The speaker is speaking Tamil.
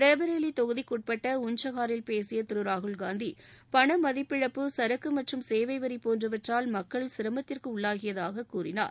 ரேபரலி தொகுதிக்குட்பட்ட உஞ்சகாரில் பேசிய திரு ராகுல்காந்தி பணமதிப்பிழப்பு சரக்கு மற்றும் சேவை வரி போன்றவற்றால் மக்கள் சிரமத்திற்கு உள்ளாகியதாக கூறினார்